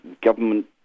government